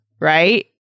right